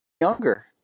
younger